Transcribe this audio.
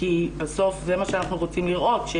כי בסוף זה מה שאנחנו רוצים לראות.